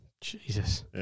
Jesus